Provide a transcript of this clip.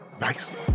nice